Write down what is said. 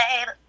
baby